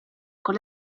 con